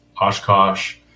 Oshkosh